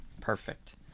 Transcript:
perfect